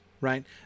right